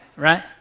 Right